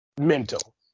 mental